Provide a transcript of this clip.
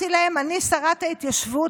אני שרת ההתיישבות,